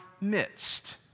midst